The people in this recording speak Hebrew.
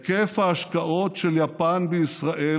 הן בנאומיו ובעיקר